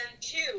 two